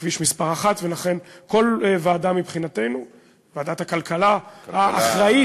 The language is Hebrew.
בכביש מס' 1. ולכן כל ועדה מבחינתנו ועדת הכלכלה האחראית,